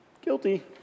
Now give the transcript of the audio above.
Guilty